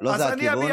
לא לא, לא זה הכיוון.